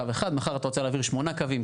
אחד ומחר אתה רוצה להעביר בו שמונה קווים,